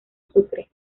sucre